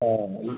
ହଁ